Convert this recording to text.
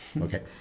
Okay